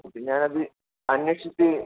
അപ്പോൾ പിന്നെ ഞാനത് അന്വേഷിച്ച്